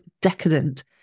decadent